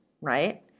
right